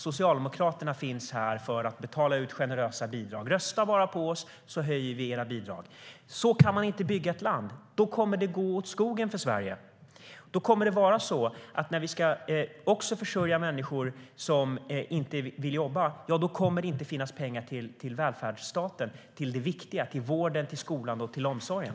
Socialdemokraterna finns nämligen här för att betala ut generösa bidrag. "Rösta bara på oss, så höjer vi era bidrag!" Så kan man inte bygga ett land. Då kommer det att gå åt skogen för Sverige. Om vi ska försörja människor som inte vill jobba kommer det inte att finnas pengar till välfärdsstaten, det vill säga till det viktiga - vården, skolan och omsorgen.